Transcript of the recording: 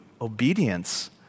obedience